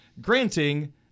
granting